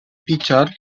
pitcher